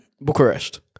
Bucharest